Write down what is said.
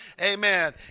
amen